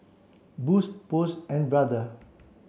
Boost Post and Brother